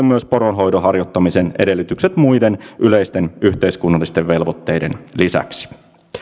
myös poronhoidon harjoittamisen edellytykset muiden yleisten yhteiskunnallisten velvoitteiden lisäksi